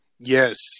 Yes